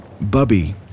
Bubby